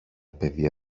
παιδί